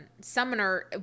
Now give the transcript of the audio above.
summoner